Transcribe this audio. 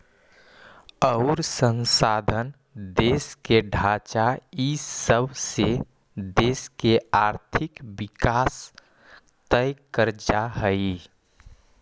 अउर संसाधन, देश के ढांचा इ सब से देश के आर्थिक विकास तय कर जा हइ